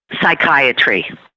Psychiatry